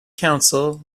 council